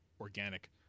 organic